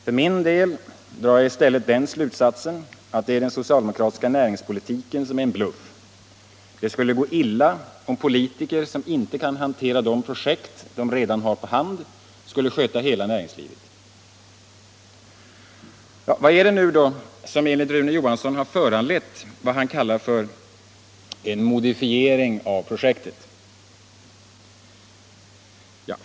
För min del drar jag i stället den slutsatsen att det är den socialdemokratiska näringspolitiken som är en bluff. Det skulle gå illa om politiker som inte kan hantera de projekt de redan har på hand skulle sköta hela näringslivet. Vad är det nu som enligt Rune Johansson föranlett vad han kallar en ”modifiering” av projektet?